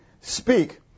speak